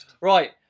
Right